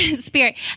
spirit